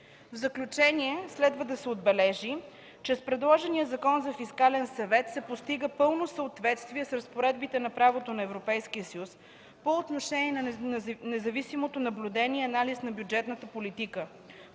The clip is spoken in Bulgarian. В заключение следва да се отбележи, че с предложения Закон за фискален съвет се постига пълно съответствие с разпоредбите на правото на Европейския съюз по отношение на независимото наблюдение и анализ на бюджетната политика.